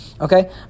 Okay